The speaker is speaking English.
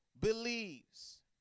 believes